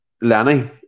Lenny